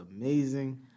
amazing